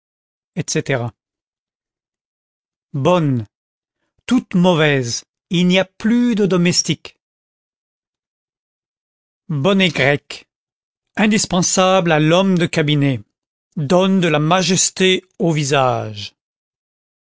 etc bonnes toutes mauvaises il n'y a plus de domestiques bonnet grec indispensable à l'homme de cabinet donne de la majesté au visage